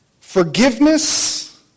Forgiveness